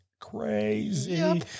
crazy